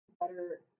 better